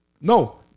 No